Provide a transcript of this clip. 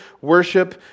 worship